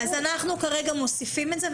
אנחנו כרגע מוסיפים את זה.